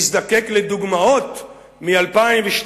מזדקק לדוגמאות מ-2002,